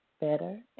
better